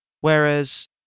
whereas